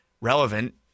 relevant